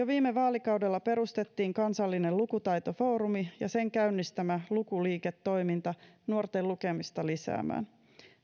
viime vaalikaudella perustettiin kansallinen lukutaitofoorumi ja sen käynnistämä lukuliike toiminta nuorten lukemista lisäämään